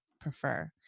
prefer